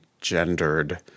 gendered